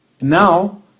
now